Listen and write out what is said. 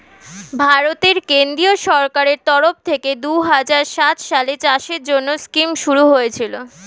ভারতের কেন্দ্রীয় সরকারের তরফ থেকে দুহাজার সাত সালে চাষের জন্যে স্কিম শুরু হয়েছিল